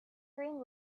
green